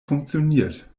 funktioniert